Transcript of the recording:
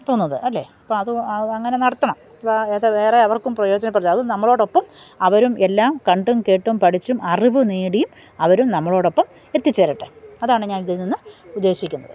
തോന്നുന്നത് അല്ലേ അപ്പോള് അത് അതങ്ങനെ നടത്തണം അത് വേറെ അവർക്കും പ്രയോജനപ്പെടില്ലേ അത് നമ്മളോടൊപ്പം അവരും എല്ലാം കണ്ടും കേട്ടും പഠിച്ചും അറിവ് നേടിയും അവരും നമ്മളോടൊപ്പം എത്തിച്ചേരട്ടെ അതാണ് ഞാനിതീനിന്ന് ഉദ്ദേശിക്കുന്നത്